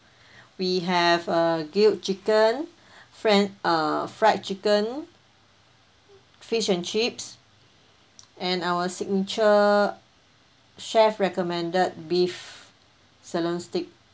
we have a grilled chicken fren~ err fried chicken fish and chips and our signature chef recommended beef sirloin steak